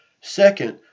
Second